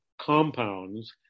compounds